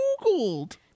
Googled